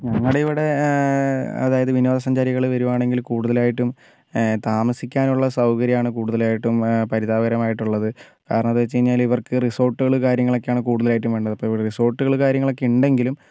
ഞങ്ങടിവിടേ അതായത് വിനോദസഞ്ചാരികൾ വരുവാണെങ്കില് കൂടുതൽ ആയിട്ടും താമസിക്കാനുള്ള സൗകര്യം ആണ് കൂടുതലായിട്ടും പരിതാപകരമായിട്ടുള്ളത് കാരണമെന്താന്ന് വെച്ച് കഴിഞ്ഞാൽ ഇവർക്ക് റിസോർട്ടുകൾ കാര്യങ്ങളൊക്കെയാണ് കൂടുതലായിട്ടും വേണ്ടത് അപ്പോൾ ഇവിടെ റിസോർട്ടുകൾ കാര്യങ്ങളൊക്കേ ഉണ്ടെങ്കിലും